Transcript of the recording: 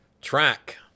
Track